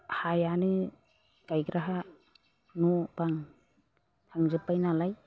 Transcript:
हायानो गायग्रा हा न' बां थांजोब्बाय नालाय